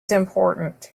important